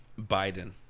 Biden